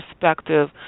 perspective